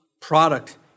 product